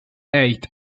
eight